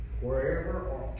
Wherever